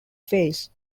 phase